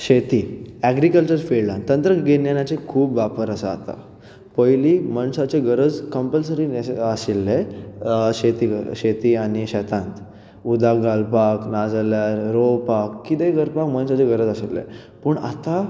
शेती एग्रिकलचर फिल्डान तंत्रगिन्यानाचे खूब वापर आसा आतां पयलीं मनशाचे गरज कम्पलसरी नॅस आशिल्ले शेती शेती आनी शेतांत उदक घालपाक नाजाल्यार रोंवपाक कितेंय करपाक मनशाचे गरज आशिल्ले पूण आतां